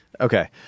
okay